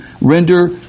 render